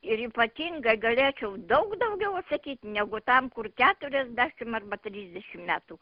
ir ypatingai galėčiau daug daugiau atsakyt negu tam kur keturiasdešimt arba trisdešimt metų